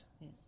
yes